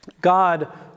God